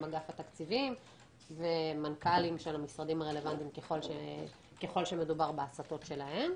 אגף התקציבים ומנכ"לים של המשרדים הרלוונטיים ככל שמדובר בהסטות שלהם.